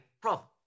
Problem